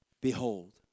Behold